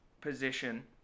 position